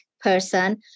person